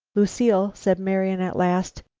lucile, said marian at last,